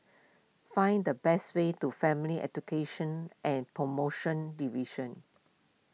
find the best way to Family Education and Promotion Division